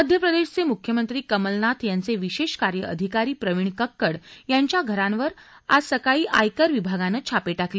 मध्य प्रदेशचे मुख्यमंत्री कमलनाथ यांचे विशेष कार्य अधिकारी प्रविण कक्कड यांच्या घरांवर आज सकाळी आयकर विभागानं छापे टाकले